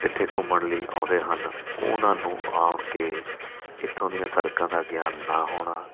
ਇੱਥੇ ਘੁੰਮਣ ਲਈ ਆਉਂਦੇ ਹਨ ਉਹਨਾਂ ਨੂੰ ਆਉਣ ਕੇ ਇੱਥੋਂ ਦੀਆਂ ਸੜਕਾਂ ਦਾ ਗਿਆਨ ਨਾ ਹੋਣਾ